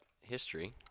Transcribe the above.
history